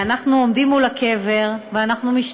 ואנחנו עומדים מול הקבר ומשתאים,